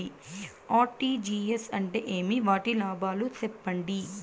RTGS అంటే ఏమి? వాటి లాభాలు సెప్పండి?